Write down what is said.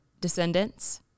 descendants